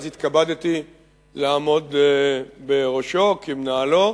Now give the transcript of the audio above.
שאז התכבדתי לשרת כמנהלו,